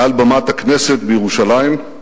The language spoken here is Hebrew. מעל במת הכנסת בירושלים,